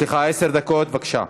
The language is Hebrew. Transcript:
יש לך עשר דקות, בבקשה.